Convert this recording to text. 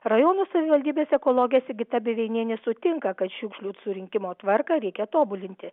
rajono savivaldybės ekologė sigita biveinienė sutinka kad šiukšlių surinkimo tvarką reikia tobulinti